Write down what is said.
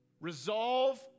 Resolve